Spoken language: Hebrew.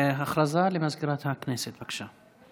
הודעה למזכירת הכנסת, בבקשה.